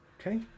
Okay